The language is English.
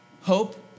hope